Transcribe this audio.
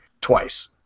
twice